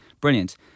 brilliant